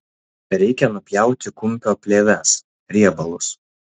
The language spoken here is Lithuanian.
reikia nupjauti kumpio plėves riebalus